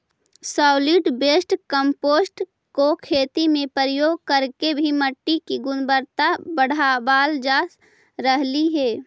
solid waste compost को खेती में प्रयोग करके भी मिट्टी की गुणवत्ता बढ़ावाल जा रहलइ हे